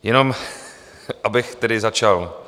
Jenom abych tedy začal.